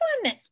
one